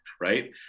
right